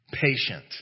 patient